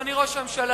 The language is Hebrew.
אדוני ראש הממשלה,